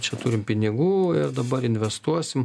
čia turim pinigų ir dabar investuosim